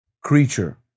creature